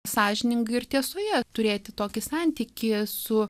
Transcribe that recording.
sąžiningai ir tiesoje turėti tokį santykį su